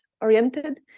oriented